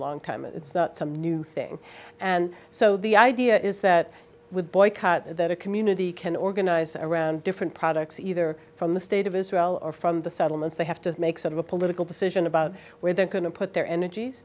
long time it's not some new thing and so the idea is that with that a community can organize around different products either from the state of israel or from the settlements they have to make sort of a political decision about where they're going to put their energies